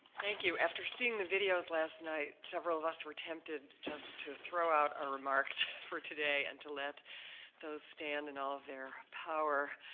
thank you. after seeing the videos last night several of us were tempted just to throw out our remarks for today and to let those stand in all of their power.